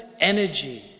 energy